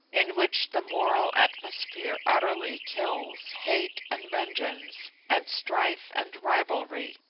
in which the moral atmosphere utterly kills hate and vengeance, and strife and rivalry.